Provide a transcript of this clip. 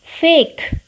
fake